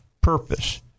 purpose